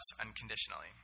unconditionally